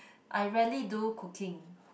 I rarely do cooking